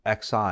XI